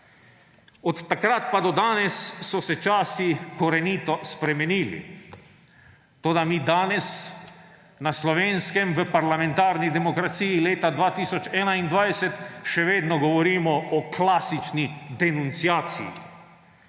Od takrat pa do danes so se časi korenito spremenili, toda mi danes na Slovenskem, v parlamentarni demokraciji leta 2021 še vedno govorimo o klasični denunciaciji.